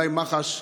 אולי מח"ש,